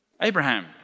Abraham